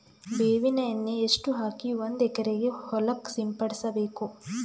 ಬೇವಿನ ಎಣ್ಣೆ ಎಷ್ಟು ಹಾಕಿ ಒಂದ ಎಕರೆಗೆ ಹೊಳಕ್ಕ ಸಿಂಪಡಸಬೇಕು?